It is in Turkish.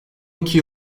iki